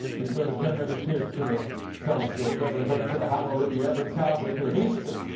is going to turn every tear to a telescope, every hurt to a hallelujah, every calvary to an easter.